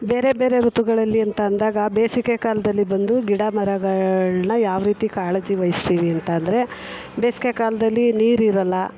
ಬೇರೆ ಬೇರೆ ಋತುಗಳಲ್ಲಿ ಅಂತ ಅಂದಾಗ ಬೇಸಿಗೆ ಕಾಲದಲ್ಲಿ ಬಂದು ಗಿಡ ಮರಗಳನ್ನ ಯಾವ ರೀತಿ ಕಾಳಜಿ ವಹಿಸ್ತೀವಿ ಅಂತ ಅಂದರೆ ಬೇಸಿಗೆ ಕಾಲದಲ್ಲಿ ನೀರು ಇರೋಲ್ಲ